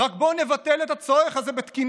רק בואו נבטל את הצורך הזה בתקינה.